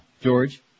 George